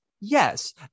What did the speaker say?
Yes